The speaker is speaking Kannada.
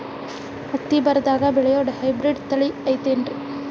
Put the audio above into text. ಹತ್ತಿ ಬರದಾಗ ಬೆಳೆಯೋ ಹೈಬ್ರಿಡ್ ತಳಿ ಐತಿ ಏನ್ರಿ?